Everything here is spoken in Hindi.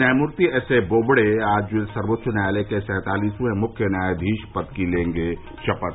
न्यायमूर्ति एसएबोबडे आज सर्वोच्च न्यायालय के सैंतालिसवें मुख्य न्यायाधीश पद की लेंगे शपथ